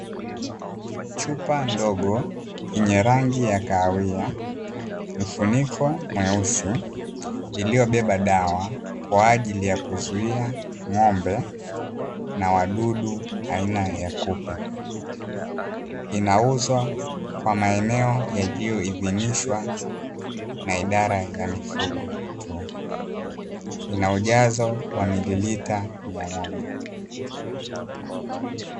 Chupa ndogo yenye rangi ya kahawia, mfuniko mweusi, iliyobeba dawa kwa ajili ya kuzuia ng'ombe na wadudu aina ya kupe. Inauzwa kwa maeneo yaliyoidhinishwa na idara ya mifugo tu. Ina ujazo wa mililita mia moja.